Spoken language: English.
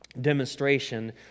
demonstration